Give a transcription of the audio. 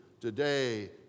today